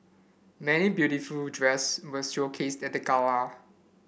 many beautiful dress were showcased at the gala